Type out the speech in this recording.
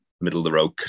middle-of-the-road